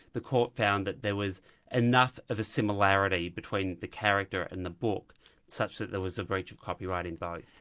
the court found that there was enough of a similarity between the character in the book such that there was a breach of copyright in both.